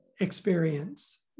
experience